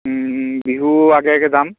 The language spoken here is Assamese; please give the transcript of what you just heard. বিহু আগে আগে যাম